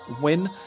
win